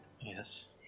Yes